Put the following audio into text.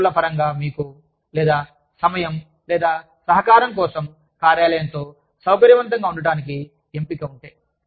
వనరుల పరంగా మీకు లేదా సమయం లేదా సహకారం కోసం కార్యాలయంతో సౌకర్యవంతంగా ఉండటానికి ఎంపిక ఉంటే